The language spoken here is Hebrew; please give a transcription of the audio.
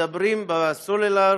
מדברים בסלולר